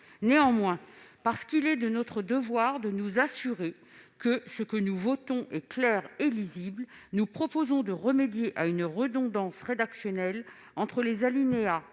Néanmoins, notre devoir étant de nous assurer que ce que nous votons est clair et lisible, nous proposons de remédier à une redondance rédactionnelle entre les alinéas